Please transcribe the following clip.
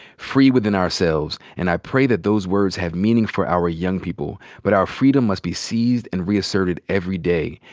free within ourselves and i pray that those words have meaning for our young people. but our freedom must be seized and reasserted every day.